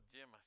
Jim